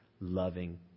loving